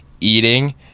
eating